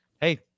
hey